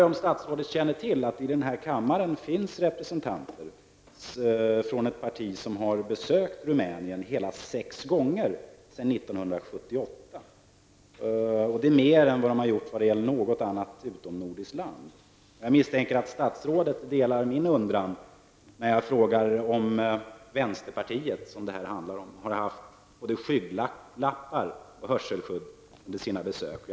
Känner statsrådet till att i den här kammaren finns representanter från ett parti som har besökt Rumänien hela sex gånger sedan 1978? Det är mer än vad man har gjort vad gäller något annat utomnordiskt land. Jag misstänker att statsrådet delar min undran när det gäller om vänsterpartiet -- som det handlar om -- har haft både skygglappar och hörselskydd under besöken.